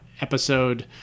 episode